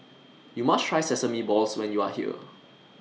YOU must Try Sesame Balls when YOU Are here